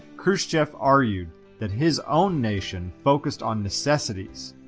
khrushchev argued that his own nation focused on necessities,